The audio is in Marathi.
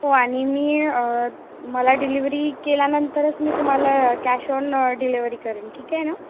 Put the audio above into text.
हो आणि मी मला डिलिवरी केल्यानंतरच मी तुम्हाला कॅश ऑन डिलिवरी करेन ठीक आहे ना